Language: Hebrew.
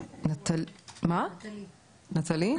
אנחנו מתעסקים בעיצוב מדיניות הגירה לישראל.